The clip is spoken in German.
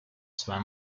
zwei